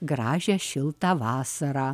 gražią šiltą vasarą